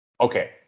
Okay